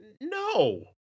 no